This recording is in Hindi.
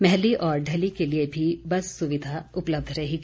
मैहली और ढली के लिए भी बस सुविधा उपलब्ध रहेगी